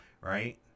Right